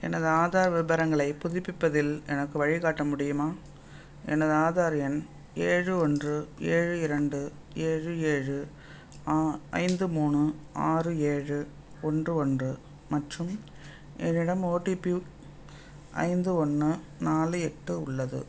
எனது ஆதார் விபரங்களை புதுப்பிப்பதில் எனக்கு வழிகாட்ட முடியுமா எனது ஆதார் எண் ஏழு ஒன்று ஏழு இரண்டு ஏழு ஏழு ஐந்து மூணு ஆறு ஏழு ஒன்று ஒன்று மற்றும் என்னிடம் ஓடிபி ஐந்து ஒன்று நாலு எட்டு உள்ளது